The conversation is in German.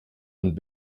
und